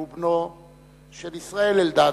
שהוא בנו של ישראל אלדד,